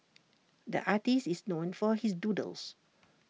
the artist is known for his doodles